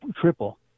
triple